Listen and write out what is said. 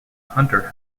hunter